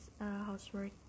housework